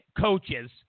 coaches